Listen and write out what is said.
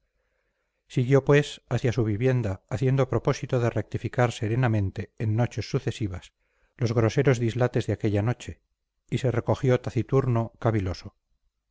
meneallo siguió pues hacia su vivienda haciendo propósito de rectificar serenamente en noches sucesivas los groseros dislates de aquella noche y se recogió taciturno caviloso su